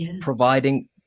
providing